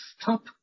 stop